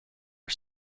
are